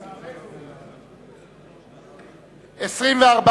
רע"ם-תע"ל בל"ד להביע אי-אמון בממשלה לא נתקבלה.